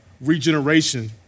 regeneration